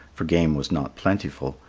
for game was not plentiful,